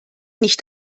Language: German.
nicht